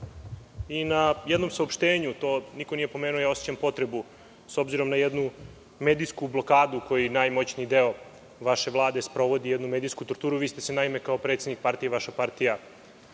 i na jednom saopštenju, to niko nije pomenuo, a ja osećam potrebu s obzirom na jednu medijsku blokadu koji je najmoćniji deo vaše Vlade sprovodi, jednu medijsku torturu. Vi ste se naime kao predsednik partije izrazili